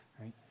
right